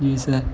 جی سر